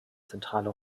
zentrale